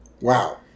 Wow